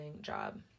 job